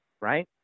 right